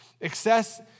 Excess